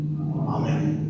Amen